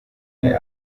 umwe